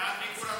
בעד מיגור הטרור.